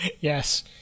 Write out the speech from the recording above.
Yes